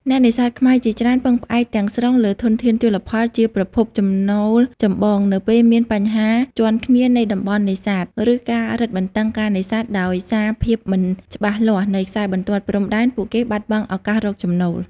អ្នកនេសាទខ្មែរជាច្រើនពឹងផ្អែកទាំងស្រុងលើធនធានជលផលជាប្រភពចំណូលចម្បង នៅពេលមានបញ្ហាជាន់គ្នានៃតំបន់នេសាទ ឬការរឹតបន្តឹងការនេសាទដោយសារភាពមិនច្បាស់លាស់នៃខ្សែបន្ទាត់ព្រំដែន ពួកគេបាត់បង់ឱកាសរកចំណូល។